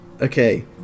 Okay